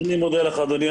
אני מודה לך, אדוני.